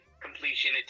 completion